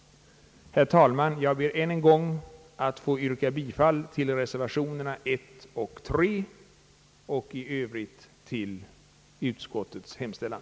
Herr talman! Jag ber än en gång att få yrka bifall till reservationerna nr 1 och 3 och i Övrigt till utskottets hemställan.